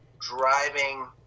driving